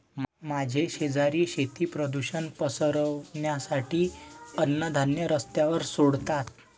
माझे शेजारी शेती प्रदूषण पसरवण्यासाठी अन्नधान्य रस्त्यावर सोडतात